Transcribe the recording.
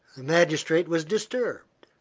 magistrate was disturbed,